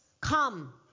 Come